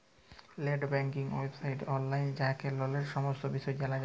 late banking ওয়েবসাইটে অললাইল যাঁয়ে ললের সমস্ত বিষয় জালা যায়